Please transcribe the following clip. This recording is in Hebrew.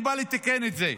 אני בא לתקן את זה.